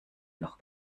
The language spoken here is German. noch